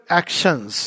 actions